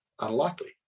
Unlikely